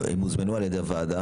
הם הוזמנו על ידי הוועדה